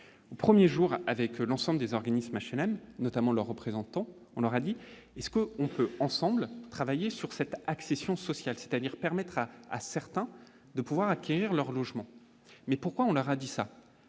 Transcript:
au 1er jour avec l'ensemble des organismes HLM notamment leurs représentants, on aurait dit est-ce que on peut ensemble travailler sur cette accession sociale, c'est-à-dire permettre à certains de pouvoir acquérir leur logement, mais pourquoi on radie ça